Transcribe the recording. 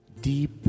deep